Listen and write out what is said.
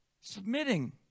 Submitting